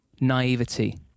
naivety